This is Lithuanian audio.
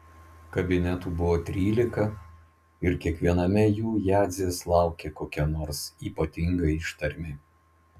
kabinetų buvo trylika ir kiekviename jų jadzės laukė kokia nors ypatinga ištarmė